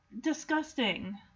disgusting